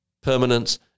permanence